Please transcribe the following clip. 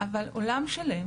אבל עולם שלם